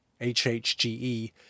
HHGE